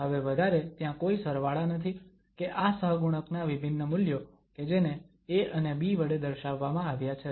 હવે વધારે ત્યાં કોઈ સરવાળા નથી કે આ સહગુણકના વિભિન્ન મૂલ્યો કે જેને a અને b વડે દર્શાવવામાં આવ્યા છે